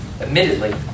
admittedly